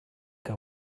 que